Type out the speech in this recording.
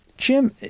Jim